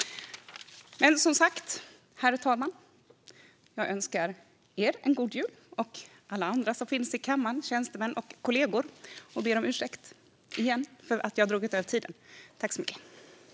Herr talman! Jag önskar er och alla andra i kammaren, tjänstemän och kollegor, en god jul och ber om ursäkt för att jag har dragit över min anmälda talartid.